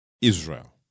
Israel